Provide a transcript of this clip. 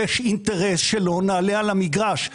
יש אינטרס שלא נעלה על המגרש.